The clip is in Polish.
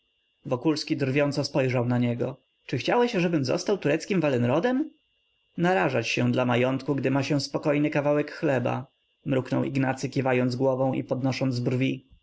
wokulski drwiąco spojrzał na niego czy chciałeś ażebym został tureckim walenrodem narażać się dla majątku gdy się ma spokojny kawałek chleba mruknął ignacy kiwając głową i podnosząc brwi